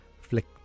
flick